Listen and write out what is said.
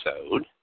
episode